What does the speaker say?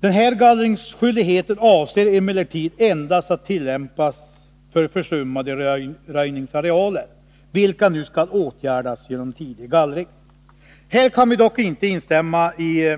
Den gallringsskyldigheten avses emellertid endast att tillämpas för försummade röjningsarealer, vilka nu skall åtgärdas genom tidig gallring. Här kan vi dock inte instämma i